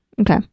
Okay